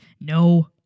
no